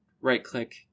right-click